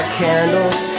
candles